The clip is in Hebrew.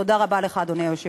תודה רבה לך, אדוני היושב-ראש.